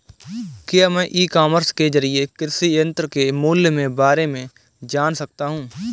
क्या मैं e commerce के ज़रिए कृषि यंत्र के मूल्य में बारे में जान सकता हूँ?